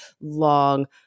long